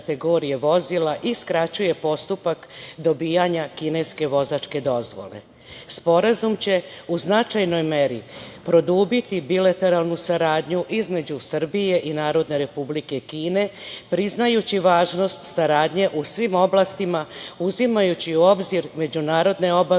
i skraćuje postupak dobijanja kineske vozačke dozvole. Sporazum će u značajnoj meri produbiti bilateralnu saradnju između Srbije i Narodne Republike Kine, priznajući važnost saradnje u svim oblastima, uzimajući u obzir međunarodne obaveze